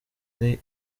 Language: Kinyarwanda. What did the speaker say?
ari